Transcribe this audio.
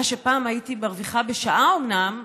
מה שפעם הייתי מרוויחה בשעה, אומנם,